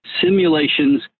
simulations